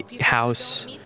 House